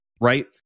right